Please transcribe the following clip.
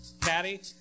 Patty